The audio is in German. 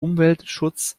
umweltschutz